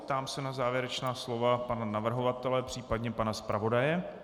Ptám se na závěrečná slova pana navrhovatele, případně pana zpravodaje.